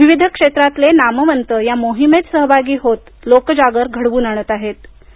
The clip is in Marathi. विविध क्षेत्रातले नामवंत या मोहिमेत सहभागी होत लोकजागर घडवून आणताहेत